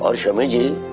ah shami? nothing